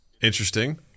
interesting